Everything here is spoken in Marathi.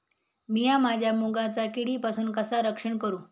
मीया माझ्या मुगाचा किडीपासून कसा रक्षण करू?